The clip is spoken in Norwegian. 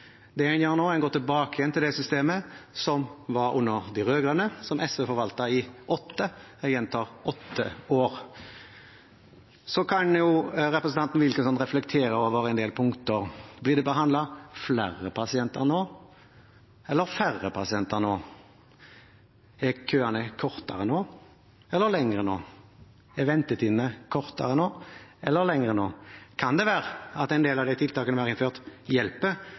Det en gjør nå, er å gå tilbake til det systemet som var under de rød-grønne, som SV forvaltet i åtte år. Så kan jo representanten Wilkinson reflektere over en del punkter: Blir det behandlet flere eller færre pasienter nå? Er køene kortere eller lengre nå? Er ventetidene kortere eller lengre nå? Kan det være at en del av de tiltakene vi har innført, hjelper